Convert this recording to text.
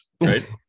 right